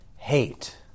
hate